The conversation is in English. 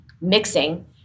mixing